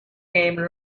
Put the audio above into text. came